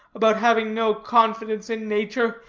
about having no confidence in nature.